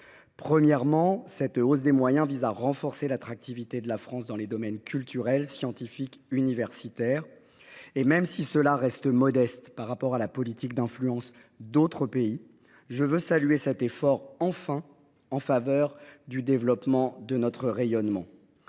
Premièrement, cette hausse des moyens vise à renforcer l’attractivité de la France dans les domaines culturel, scientifique et universitaire. Même si cela reste modeste par rapport à la politique d’influence d’autres pays, je veux saluer l’effort qui est enfin mené en faveur du développement de notre rayonnement.